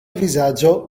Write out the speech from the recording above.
vizaĝo